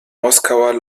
moskauer